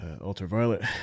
Ultraviolet